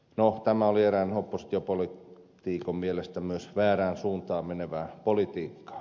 no tämä oli erään oppositiopoliitikon mielestä myös väärään suuntaan menevää politiikkaa